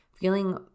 Feeling